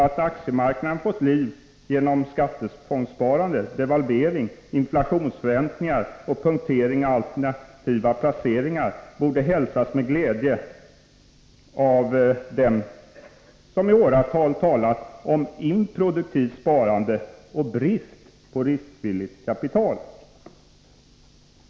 Att aktiemarknaden fått liv genom skattefondssparande, devalvering, inflationsförväntningar och punktering av alternativa placeringar borde hälsas med glädje av dem som i åratal talat om improduktivt sparande och brist på riskvilligt kapital.